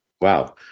Wow